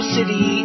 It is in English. City